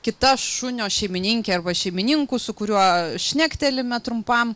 kita šunio šeimininke arba šeimininku su kuriuo šnektelime trumpam